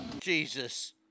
Jesus